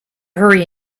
hurry